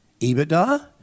EBITDA